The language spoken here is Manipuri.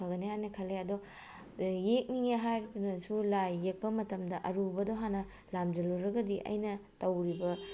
ꯐꯒꯅꯦ ꯍꯥꯏꯅ ꯉꯜꯂꯦ ꯑꯗꯣ ꯌꯦꯛꯅꯤꯡꯉꯦ ꯍꯥꯏꯗꯨꯅꯁꯨ ꯂꯥꯏ ꯌꯦꯛꯄ ꯃꯇꯝꯗ ꯑꯔꯨꯕꯗꯣ ꯍꯥꯟꯅ ꯂꯥꯝꯁꯤꯜꯂꯨꯔꯒꯗꯤ ꯑꯩꯅ ꯇꯧꯔꯤꯕ